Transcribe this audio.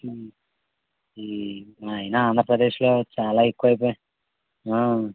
అయినా ఆంధ్రప్రదేశ్లో చాలా ఎక్కువయిపోయినయి